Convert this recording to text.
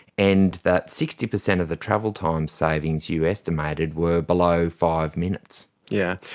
and that sixty percent of the travel time savings you estimated were below five minutes. yeah.